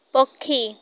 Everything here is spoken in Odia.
ପକ୍ଷୀ